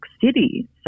City